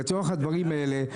לצורך הדברים האלה.